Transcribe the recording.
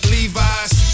Levi's